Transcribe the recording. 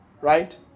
right